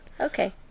Okay